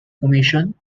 commission